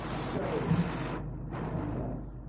chose himself.